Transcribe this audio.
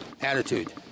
Attitude